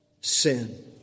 sin